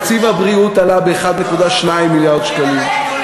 ותקציב הבריאות עלה ב-1.2 מיליארד שקלים,